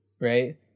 right